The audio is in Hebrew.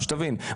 שתבין,